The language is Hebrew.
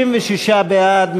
66 בעד,